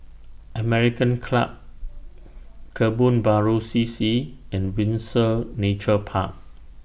American Club Kebun Baru C C and Windsor Nature Park